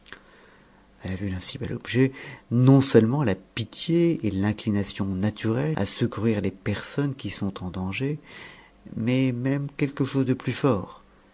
cour a la vue d'un si bel objet non-seulement la puie et l'inclination naturelle à secourir les personnes qui sont en danger mais même quelque chose de plus fort